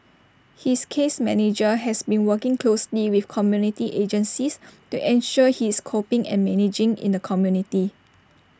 his case manager has been working closely with community agencies to ensure he is coping and managing in the community